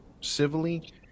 civilly